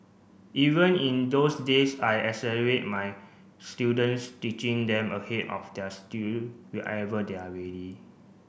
even in those days I accelerate my students teaching them ahead of their whenever they are ready